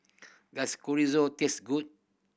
does Chorizo taste good